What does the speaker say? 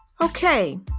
okay